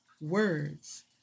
Words